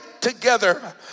together